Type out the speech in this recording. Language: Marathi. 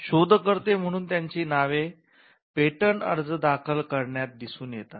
शोधकर्ते म्हणून त्यांची नावे पेटंट अर्ज दाखल करण्यात दिसून येतात